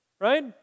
right